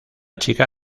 chica